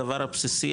הדבר הבסיסי,